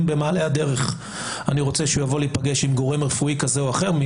אם במעלה הדרך אני רוצה שהוא יבוא להיפגש עם גורם רפואי כזה או אחר,